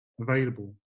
available